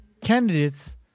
candidates